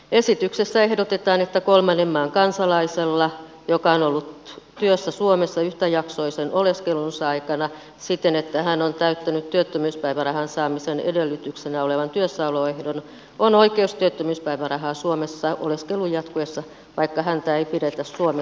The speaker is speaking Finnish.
esityksessä ehdotetaan että kolmannen maan kansalaisella joka on ollut työssä suomessa yhtäjaksoisen oleskelunsa aikana siten että hän on täyttänyt työttömyyspäivärahan saamisen edellytyksenä olevan työssäoloehdon on oikeus työttömyyspäivärahaan suomessa oleskelun jatkuessa vaikka häntä ei pidetä suomessa asuvana